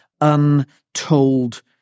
untold